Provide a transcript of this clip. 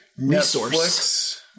Netflix